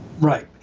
Right